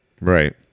right